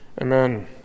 Amen